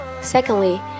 Secondly